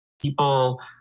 People